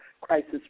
crisis